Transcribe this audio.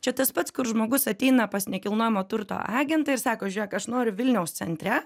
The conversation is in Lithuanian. čia tas pats kur žmogus ateina pas nekilnojamo turto agentą ir sako žiūrėk aš noriu vilniaus centre